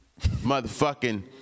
Motherfucking